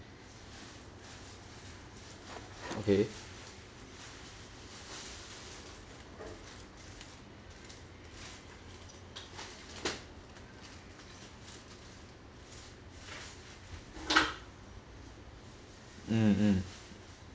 okay mm mm